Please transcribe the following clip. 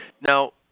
Now